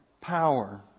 power